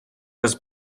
раз